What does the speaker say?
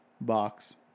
box